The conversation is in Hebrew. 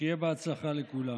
שיהיה בהצלחה לכולם.